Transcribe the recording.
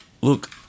Look